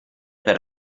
per